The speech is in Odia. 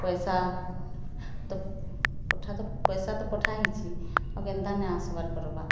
ପଇସା ତ ପଠାତ ପଇସା ତ ପଠା ହେଇଛି ଆଉ କେନ୍ତା ନାଇଁ ଆସିବାର୍ କର୍ବା